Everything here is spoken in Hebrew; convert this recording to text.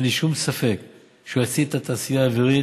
ואין לי שום ספק שהוא יצעיד את התעשייה האווירית